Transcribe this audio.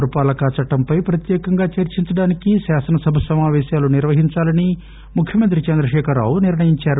పురపాలక చట్టంపై ప్రత్యేకంగా చర్సించడానికి శాసనసభ సమాపేశాలు నిర్వహించాలని ముఖ్యమంత్రి చంద్రశేఖర్ రావు నిర్ణయించారు